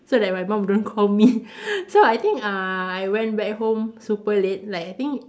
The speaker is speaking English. so that my mum don't call me so I think uh I went back home super late like I think